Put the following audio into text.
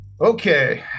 Okay